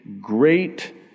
great